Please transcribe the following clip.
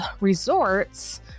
resorts